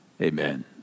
Amen